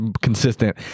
consistent